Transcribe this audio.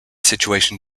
situation